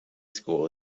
school